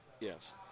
Yes